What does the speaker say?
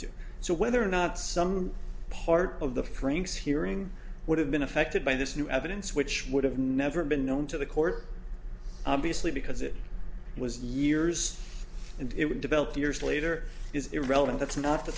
to so whether or not some part of the franks hearing would have been affected by this new evidence which would have never been known to the court obviously because it was yours and it would develop years later is irrelevant that's not the